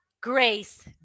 grace